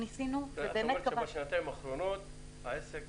את אומרת שבשנתיים האחרונות העסק